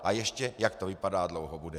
A ještě, jak to vypadá, dlouho bude.